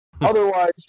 Otherwise